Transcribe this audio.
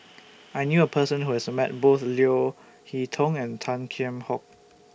I knew A Person Who has Met Both Leo Hee Tong and Tan Kheam Hock